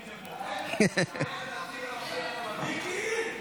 ברשויות המקומיות (הוראת שעה) (תיקון מס'